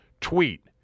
tweet